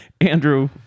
andrew